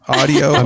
audio